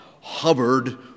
hovered